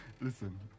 Listen